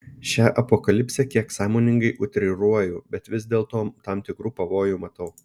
šią apokalipsę kiek sąmoningai utriruoju bet vis dėlto tam tikrų pavojų matau